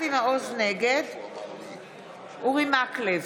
נגד אורי מקלב,